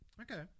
Okay